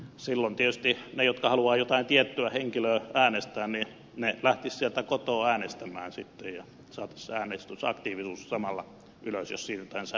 silloin tietysti ne jotka haluavat jotain tiettyä henkilöä äänestää lähtisivät sieltä kotoa äänestämään ja saataisiin äänestysaktiivisuus samalla ylös jos siirrytään sähköiseen äänestykseen